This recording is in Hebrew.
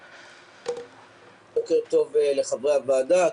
בוקר טוב לחברי הוועדה,